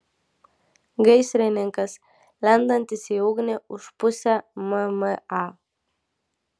gaisrininkas lendantis į ugnį už pusę mma